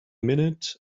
minute